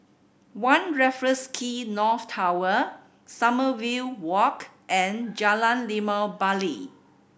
One Raffles Quay North Tower Sommerville Walk and Jalan Limau Bali